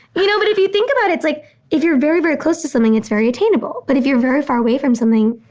you know, but if you think about it's like if you're very, very close to something, it's very attainable. but if you're very far away from something,